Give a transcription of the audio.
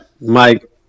Mike